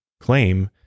claim